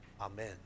Amen